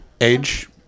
Age